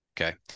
Okay